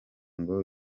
ngo